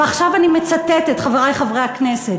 ועכשיו אני מצטטת, חברי חברי הכנסת,